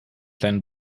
kleinen